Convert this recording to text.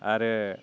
आरो